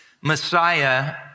Messiah